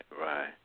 right